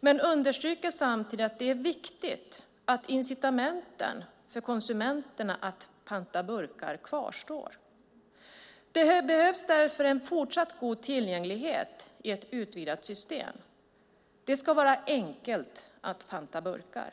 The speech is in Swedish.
men understryker samtidigt att det är viktigt att incitamenten för konsumenterna att panta burkar kvarstår. Det behövs därför en fortsatt god tillgänglighet i ett utvidgat system. Det ska vara enkelt att panta burkar.